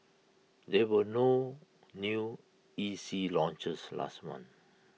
there were no new E C launches last month